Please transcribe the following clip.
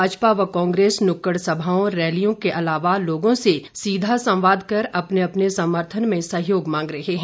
भाजपा व कांग्रेस नुक्कड़ सभाओं रैलियों के अलावा लोगों से सीधा संवाद कर अपने अपने समर्थन में सहयोग मांग रहे हैं